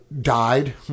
Died